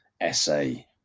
essay